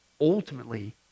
ultimately